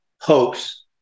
hoax